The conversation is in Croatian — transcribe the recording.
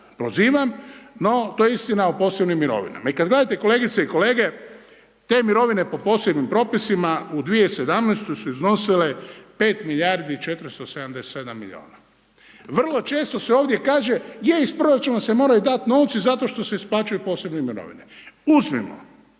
prozivam, no, to je istina o posebnim mirovinama. I kad gledate, kolegice i kolege, te mirovine po posebnim propisima u 2017. su iznosile 5 milijardi i 477 milijuna, vrlo često se ovdje kaže, je iz proračuna se moraju dati novci zato što se isplaćuju posebne mirovine. Uzmimo,